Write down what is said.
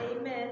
Amen